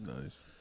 Nice